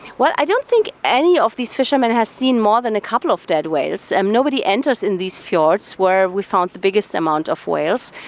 well, i don't think any of these fishermen has seen more than a couple of dead whales, um nobody enters in these fjords where we found the biggest amount of whales.